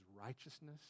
righteousness